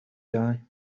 guy